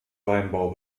weinbau